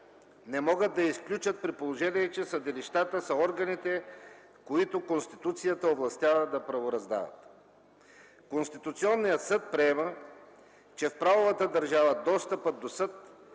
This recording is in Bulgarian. не могат да я изключат, при положение че съдилищата са органите, които Конституцията овластява да правораздават. Конституционният съд приема, че в правовата държава достъпът до съд